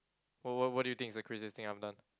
what what what do you think is the craziest thing I've done